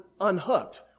unhooked